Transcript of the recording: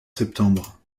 septembre